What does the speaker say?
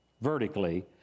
vertically